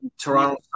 Toronto